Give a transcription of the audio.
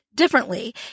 differently